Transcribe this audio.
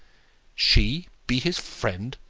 she be his friend!